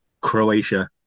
Croatia